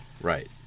Right